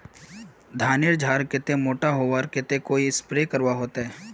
धानेर झार कुंडा मोटा होबार केते कोई स्प्रे करवा होचए?